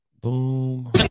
Boom